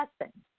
lesson